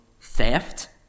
theft